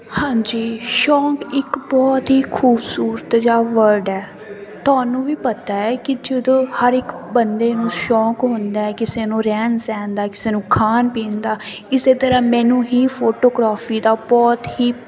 ਹਾਂਜੀ ਸ਼ੌਂਕ ਇੱਕ ਬਹੁਤ ਹੀ ਖੂਬਸੂਰਤ ਜਿਹਾ ਵਰਡ ਹੈ ਤੁਹਾਨੂੰ ਵੀ ਪਤਾ ਹੈ ਕਿ ਜਦੋਂ ਹਰ ਇੱਕ ਬੰਦੇ ਨੂੰ ਸ਼ੌਂਕ ਹੁੰਦਾ ਕਿਸੇ ਨੂੰ ਰਹਿਣ ਸਹਿਣ ਦਾ ਕਿਸੇ ਨੂੰ ਖਾਣ ਪੀਣ ਦਾ ਇਸ ਤਰ੍ਹਾਂ ਮੈਨੂੰ ਹੀ ਫੋਟੋਗ੍ਰਾਫੀ ਦਾ ਬਹੁਤ ਹੀ